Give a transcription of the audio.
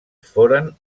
foren